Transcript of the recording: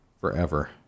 forever